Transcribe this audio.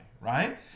right